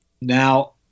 Now